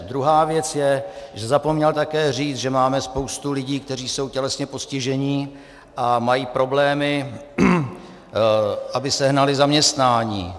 Druhá věc je, že zapomněl také říct, že máme spoustu lidí, kteří jsou tělesně postižení a mají problémy, aby sehnali zaměstnání.